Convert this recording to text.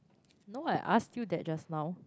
no I asked you that just now